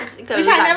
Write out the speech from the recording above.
is 一个烂